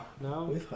No